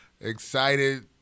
excited